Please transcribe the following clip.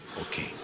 Okay